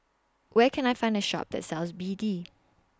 Where Can I Find A Shop that sells B D